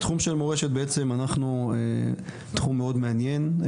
בתחום של מורשת בעצם, זה תחום מאוד מעניין.